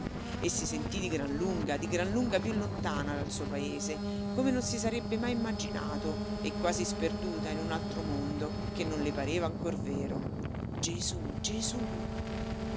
e si sentì di gran lunga di gran lunga più lontana dal suo paese come non si sarebbe mai immaginato e quasi sperduta in un altro mondo che non le pareva ancor vero gesù gesù